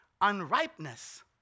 unripeness